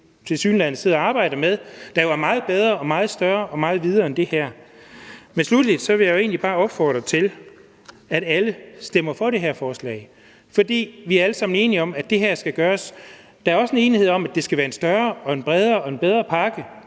tilsyneladende sidder og arbejder med, der jo er meget bedre, meget større og meget videre end det her. Sluttelig vil jeg bare opfordre til, at alle stemmer for det her forslag, for vi er alle sammen enige om, at det her skal gøres. Der er også en enighed om, at det skal være en større, en bredere og en bedre pakke,